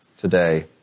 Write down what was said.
today